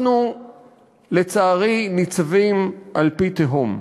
אנחנו, לצערי, ניצבים על פי תהום.